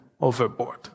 overboard